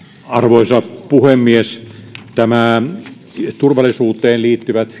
arvoisa puhemies nämä turvallisuuteen liittyvät